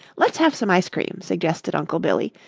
let's have some ice cream, suggested uncle billy,